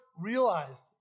realized